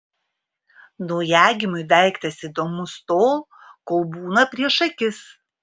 naujagimiui daiktas įdomus tol kol būna prieš akis